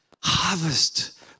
harvest